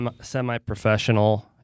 semi-professional